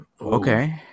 okay